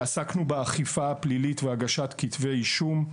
עסקנו באכיפה הפלילית ובהגשת כתבי אישום.